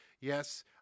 yes